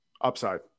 Upside